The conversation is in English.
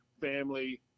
family